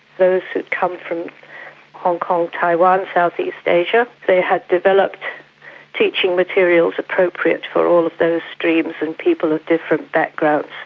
those who had come from hong kong, taiwan, southeast asia. they had developed teaching materials appropriate for all of those streams and people of different backgrounds.